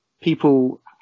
people